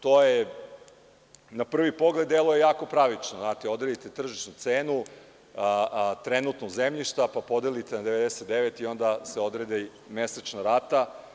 To na prvi pogled deluje jako pravično, znate, odredite tržišnu cenu trenutnu zemljišta, pa podelite na 99 i onda se odredi mesečna rata.